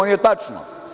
Nije tačno.